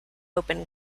open